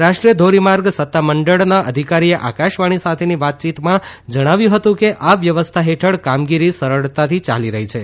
રાષ્ટ્રીય ધોરીમાર્ગ સત્તામંડળના ધિકારીએ આકાશવાણી સાથેની વાતચીતમાં જણાવ્યું હતું કે આ વ્યવસ્થા હેઠળ કામગીરી સરળતાથી ચાલી રહી છે